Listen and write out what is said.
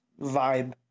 vibe